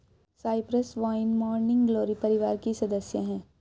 Cyprus vine morning glory परिवार की सदस्य हैं